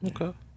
Okay